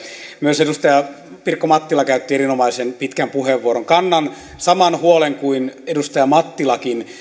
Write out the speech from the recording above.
myös edustaja pirkko mattila käytti erinomaisen pitkän puheenvuoron kannan saman huolen kuin edustaja mattilakin